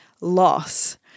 loss